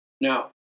Now